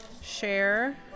share